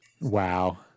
wow